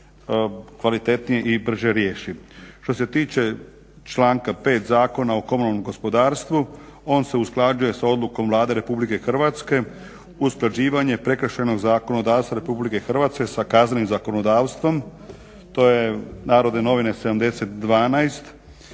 kvalitetnije i brže riješi. Što se tiče članka 5. Zakona o komunalnom gospodarstvu, on se usklađuje sa odlukom Vlade Republike Hrvatske, usklađivanje prekršajnog zakonodavstva Republike Hrvatske sa kaznenim zakonodavstvom, to je Narodne novine 70/12,